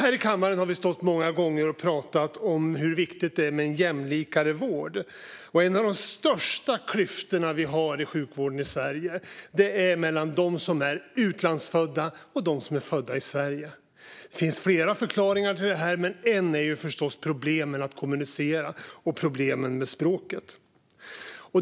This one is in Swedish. Vi har stått här i kammaren många gånger och pratat om hur viktigt det är med en mer jämlik vård. En av de största klyftorna vi har i sjukvården i Sverige är den mellan dem som är utlandsfödda och dem som är födda i Sverige. Det finns flera förklaringar till det, men en är förstås problemen med språket och att kommunicera.